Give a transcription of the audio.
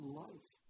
life